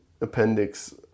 appendix